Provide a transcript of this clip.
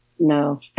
No